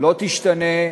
לא תשתנה,